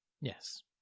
Yes